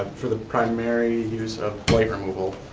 for the primary use of plague removal,